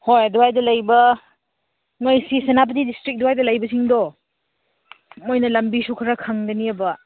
ꯍꯣꯏ ꯑꯗꯨꯋꯥꯏꯗ ꯂꯩꯕ ꯅꯣꯏ ꯁꯤ ꯁꯦꯅꯥꯄꯇꯤ ꯗꯤꯁꯇ꯭ꯔꯤꯛ ꯑꯗꯨꯋꯥꯏꯗ ꯂꯩꯕꯁꯤꯡꯗꯣ ꯃꯣꯏꯅ ꯂꯝꯕꯤꯁꯨ ꯈꯔ ꯈꯪꯒꯅꯤꯕ